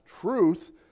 truth